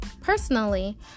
Personally